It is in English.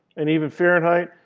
and even fahrenheit.